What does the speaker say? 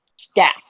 staff